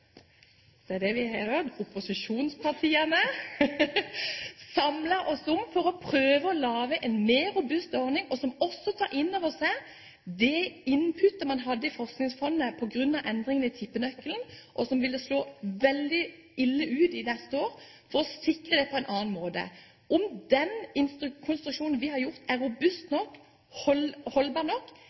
det er det vi er, opposisjonspartier – samlet oss for å prøve å lage en mer robust ordning, og som også tar inn over seg det innputtet man hadde i Forskningsfondet på grunn av endringene i tippenøkkelen, og som ville slå veldig ille ut neste år, for å sikre det på en annen måte. Om den konstruksjonen vi har gjort, er robust nok, holdbar nok,